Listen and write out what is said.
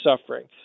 suffering